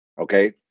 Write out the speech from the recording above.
Okay